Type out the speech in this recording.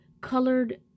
colored